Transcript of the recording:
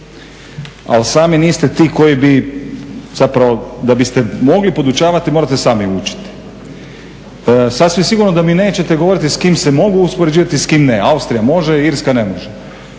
ali sami niste ti koji bi zapravo da biste mogli podučavati morate sami učiti. Sasvim sigurno da mi nećete govoriti s kim se mogu uspoređivati s kim ne, Austrija može Irska ne može.